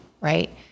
right